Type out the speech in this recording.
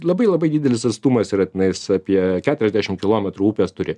labai labai didelis atstumas yra tenais apie keturiasdešim kilometrų upės turi